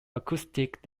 acoustic